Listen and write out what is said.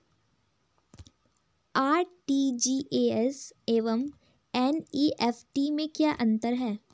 RTGS एवं NEFT में क्या अंतर है?